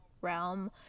realm